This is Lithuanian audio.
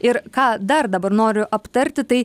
ir ką dar dabar noriu aptarti tai